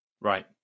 Right